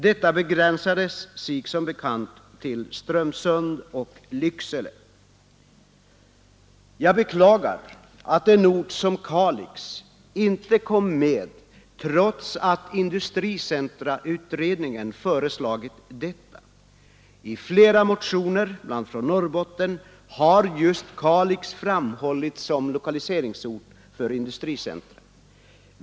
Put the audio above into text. Detta begränsade sig som bekant till Ström sund och Lycksele. Jag beklagar att en ort som Kalix inte kom med trots att industricentrautredningen föreslagit detta. I flera motioner, bl.a. från Norrbotten, har just Kalix framhållits som lokaliseringsort för industricentrum.